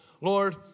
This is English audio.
Lord